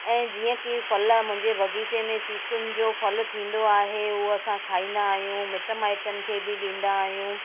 ऐं जीअं की फ़ल मुंहिंजे बगीचे में चीकुंनि जो फ़ल थींदो आहे हूअ असां खाईंदा आहियूं मिट माइटनि खे बि ॾींदा आहियूं